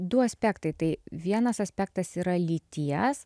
du aspektai tai vienas aspektas yra lyties